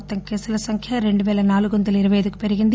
మొత్తం కేసుల సంఖ్య రెండు పేల నాలుగు వందల ఇరవై అయిదు కి పెరిగింది